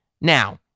Now